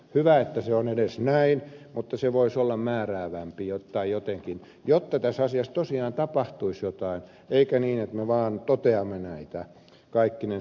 hyvä että se on edes näin mutta se voisi olla määräävämpi jotta tässä asiassa tosiaan tapahtuisi jotain eikä niin että me vaan toteamme näitä kaikkinensa